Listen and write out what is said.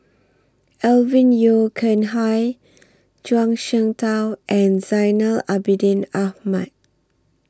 Alvin Yeo Khirn Hai Zhuang Shengtao and Zainal Abidin Ahmad